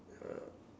uh